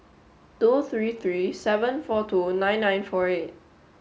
two three three seven four two nine nine four eight